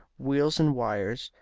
wheels and wires,